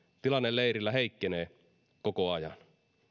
tilanne leirillä heikkenee koko ajan